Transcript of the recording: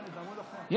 יש לה משרדים,